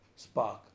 spark